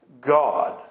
God